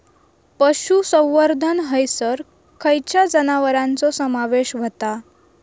पशुसंवर्धन हैसर खैयच्या जनावरांचो समावेश व्हता?